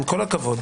עם כל הכבוד,